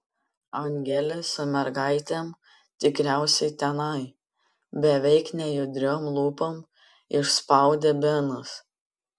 angelė su mergaitėm tikriausiai tenai beveik nejudriom lūpom išspaudė benas